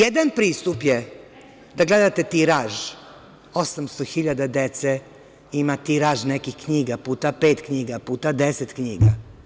Jedan pristup je da gledate tiraž, 800.000 dece ima tiraž nekih knjiga puta pet knjiga, puta deset knjiga.